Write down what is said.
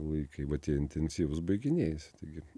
laikai va tie intensyvūs baiginėjasi taigi